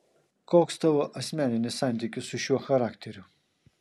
koks tavo asmeninis santykis su šiuo charakteriu